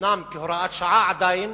אומנם כהוראת שעה עדיין,